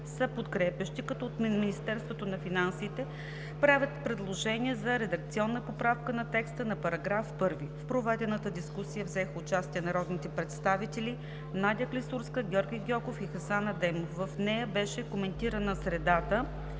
подкрепящи, като от Министерството на финансите правят предложение за редакционна поправка на текста на параграф първи. В проведената дискусия взеха участие народните представители Надя Клисурска, Георги Гьоков и Хасан Адемов. В нея беше коментирана средата